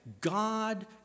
God